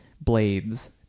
blades